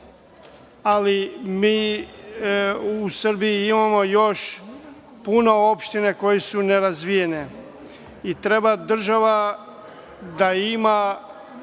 ali mi u Srbiji imamo još puno opština koje su nerazvijene i treba država da ima